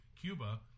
Cuba